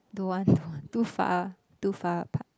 don't want don't want too far too far apart